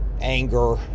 anger